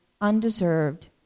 undeserved